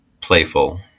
playful